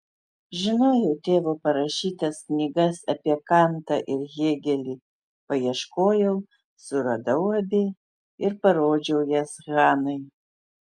žinojau tėvo parašytas knygas apie kantą ir hėgelį paieškojau suradau abi ir parodžiau jas hanai